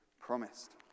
promised